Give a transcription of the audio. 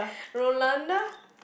Rolanda